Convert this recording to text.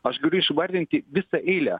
aš galiu išvardinti visą eilę